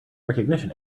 recognition